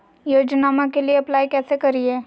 योजनामा के लिए अप्लाई कैसे करिए?